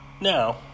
Now